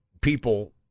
people